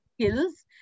skills